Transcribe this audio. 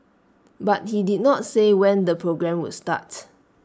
but he did not say when the programme would start